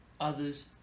Others